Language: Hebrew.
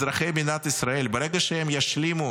אזרחי מדינת ישראל, ברגע שהם ישלימו